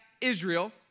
Israel